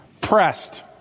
Pressed